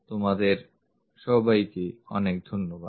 তোমাদের অনেক ধন্যবাদ